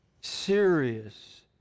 serious